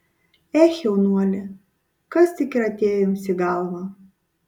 ech jaunuoli kas tik ir atėjo jums į galvą